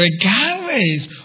regardless